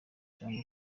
cyangwa